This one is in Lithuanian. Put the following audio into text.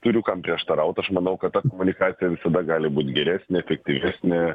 turiu kam prieštaraut aš manau kad ta komunikacija visada gali būt geresnė efektyvesnė